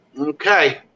Okay